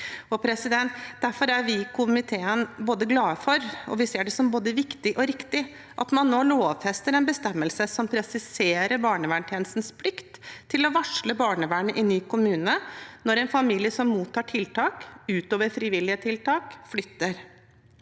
som både viktig og riktig, at man nå lovfester en bestemmelse som presiserer barnevernstjenestens plikt til å varsle barnevernet i ny kommune når en familie som mottar tiltak utover frivillige tiltak, flytter.